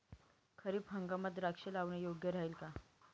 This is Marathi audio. खरीप हंगामात द्राक्षे लावणे योग्य राहिल का?